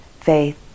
faith